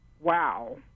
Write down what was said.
wow